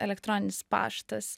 elektroninis paštas